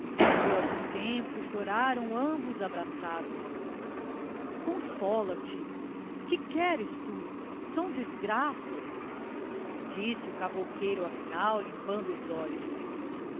por algum tempo choraram ambos abraçados consola te que queres tu são desgraças disse o cavouqueiro afinal limpando os olhos